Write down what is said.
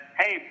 hey